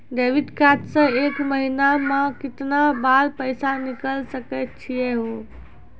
Debit card से एक महीना मा केतना बार पैसा निकल सकै छि हो?